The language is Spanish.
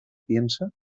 piensa